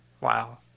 Wow